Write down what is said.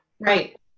Right